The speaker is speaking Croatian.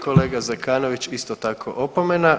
Kolega Zekanović, isto tako opomena.